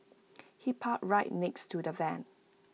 he parked right next to the van